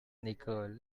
nicole